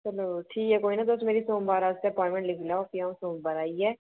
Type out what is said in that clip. चलो ठीक ऐ कोई ना तुस मेरी सोमबार आस्तै अप्वाइंटमैंट लिखी लाओ ते फ्ही अ'ऊं सोमबार आइयै